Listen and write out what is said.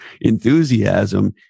enthusiasm